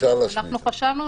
חשבנו